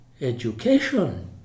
education